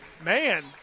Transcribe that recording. Man